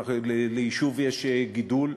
ליישוב יש גידול,